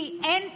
כי אין תקציבים.